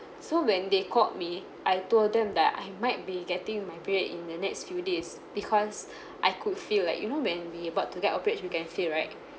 so when they called me I told them that I might be getting my period in the next few days because I could feel like you know when we about to get our periods we can feel right